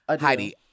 Heidi